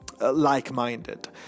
like-minded